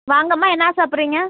வாங்கம்மா என்ன சாப்பிட்றீங்க